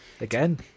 Again